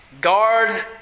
guard